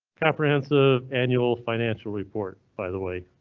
comprehensive annual financial report by the way,